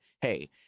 hey